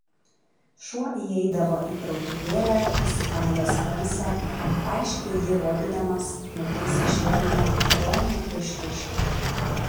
šuo įeidavo į krautuvėlę įsikandęs pensą aiškiai jį rodydamas nutaisęs švelnią romią išraišką